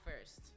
first